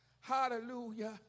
Hallelujah